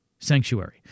sanctuary